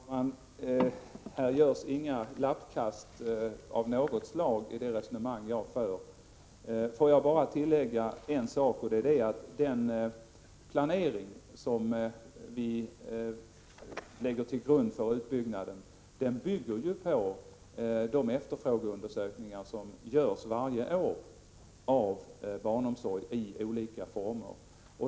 Herr talman! Här görs inga lappkast av något slag i det resonemang jag för. Får jag bara tillägga en sak, och det är att den planering som vi lägger till grund för utbyggnaden baseras på de efterfrågeundersökningar som görs varje år av barnomsorg i olika former.